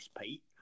pete